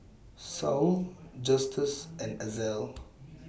Saul Justus and Ezell